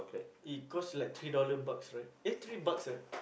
it cost like three dollar bucks right eh three bucks right